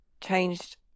changed